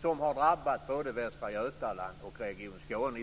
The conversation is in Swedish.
som har drabbat både Västra Götaland och Region Skåne.